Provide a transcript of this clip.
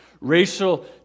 Racial